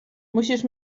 musisz